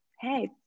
Hey